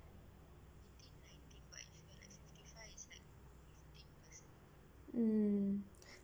mm